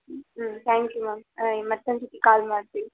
hmm thank you ma'am ಮತ್ತೊಂದು ಸರ್ತಿ call ಮಾಡ್ತೀವಿ